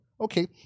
Okay